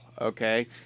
okay